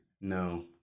no